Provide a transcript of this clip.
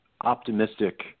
optimistic